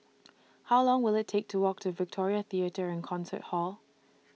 How Long Will IT Take to Walk to Victoria Theatre and Concert Hall